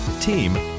team